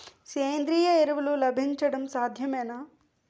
సేంద్రీయ ఎరువులు లభించడం సాధ్యమేనా?